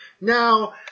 Now